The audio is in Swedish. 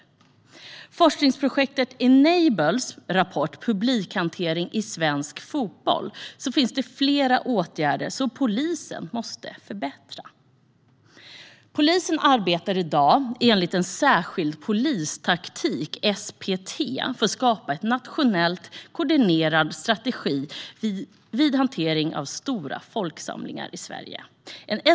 Enligt forskningsprojektet Enables rapport Publikhantering i svensk fotboll finns det flera åtgärder som polisen måste förbättra. Polisen arbetar i dag enligt en särskild polistaktik, SPT, för att skapa en nationellt koordinerad strategi vid hantering av stora folksamlingar i Sverige.